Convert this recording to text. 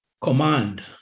command